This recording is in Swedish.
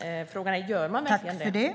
Frågan är: Gör det verkligen det?